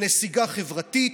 ונסיגה חברתית,